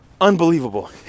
Unbelievable